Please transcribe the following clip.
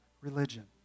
religion